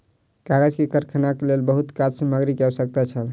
कागज के कारखानाक लेल बहुत काँच सामग्री के आवश्यकता छल